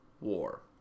War